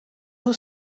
nhw